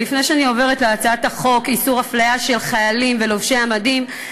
לפני שאני עוברת להצעת חוק איסור הפליה של חיילים ולובשי מדים,